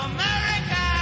America